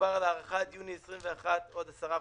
מדובר על הארכה עד יוני 21' עוד 10%,